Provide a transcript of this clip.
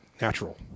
natural